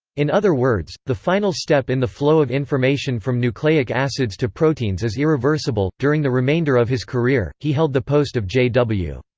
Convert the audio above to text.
in other words, the final step in the flow of information from nucleic acids to proteins is irreversible during the remainder of his career, he held the post of j w.